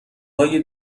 های